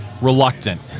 reluctant